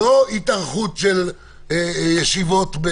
ולא להתארכות של ישיבות.